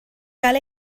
gael